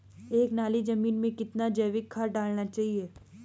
एक नाली जमीन में कितना जैविक खाद डालना चाहिए?